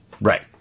Right